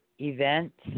event